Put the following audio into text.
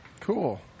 Cool